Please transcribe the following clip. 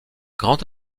grand